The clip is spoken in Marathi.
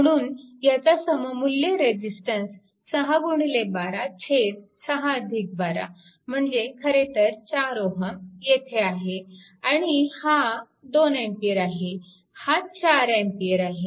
म्हणून ह्याचा सममुल्य रेजिस्टन्स 612 612 म्हणजे खरेतर 4Ω येथे आहे आणि हा 2A आहे हा 4Aआहे